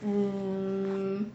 mm